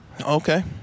Okay